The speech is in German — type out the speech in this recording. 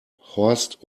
horst